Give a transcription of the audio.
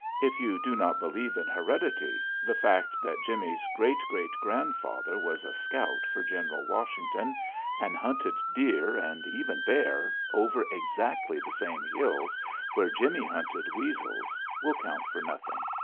if you do not believe in heredity, the fact that jimmie's great-great-grandfather was a scout for general washington and hunted deer, and even bear, over exactly the same hills where jimmie hunted weasels will count for nothing.